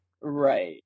Right